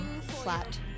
Flat